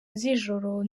zijoro